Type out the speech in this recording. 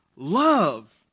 love